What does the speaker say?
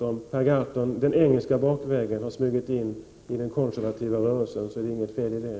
Så om Per Gahrton den engelska bakvägen har smugit sig in i den konservativa rörelsen är det inget fel i det.